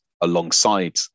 alongside